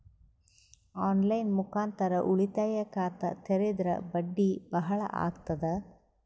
On line ಮುಖಾಂತರ ಉಳಿತಾಯ ಖಾತ ತೇರಿದ್ರ ಬಡ್ಡಿ ಬಹಳ ಅಗತದ?